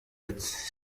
ati